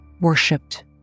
worshipped